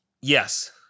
yes